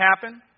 happen